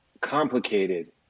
complicated